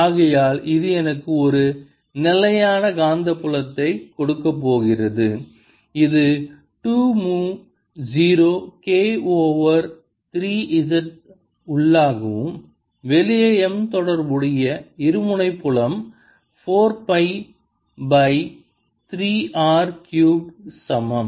ஆகையால் இது எனக்கு ஒரு நிலையான காந்தப்புலத்தை கொடுக்கப் போகிறது இது 2 மு 0 K ஓவர் 3 z உள்ளாகவும் வெளியே M தொடர்புடைய இருமுனை புலம் 4 பை பை 3 r க்யூப் சமம்